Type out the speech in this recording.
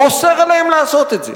הוא אוסר עליהם לעשות את זה.